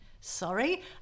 Sorry